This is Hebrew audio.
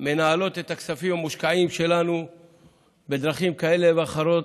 מנהלות את הכספים המושקעים שלנו בדרכים כאלה ואחרות,